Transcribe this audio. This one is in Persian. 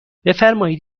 بفرمایید